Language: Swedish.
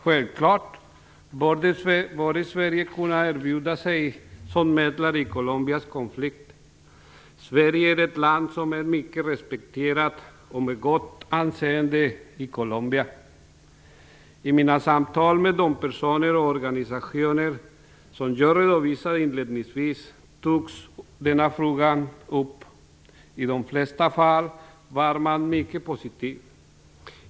Självklart bör Sverige kunna erbjuda sig som medlare i Colombias konflikt. Sverige är ett land som är mycket respekterat och med gott anseende i Colombia. I mina samtal med de personer och företrädare för organisationer som redovisades inledningsvis togs denna fråga upp. I de flesta fall var man mycket positiv.